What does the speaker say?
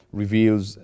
reveals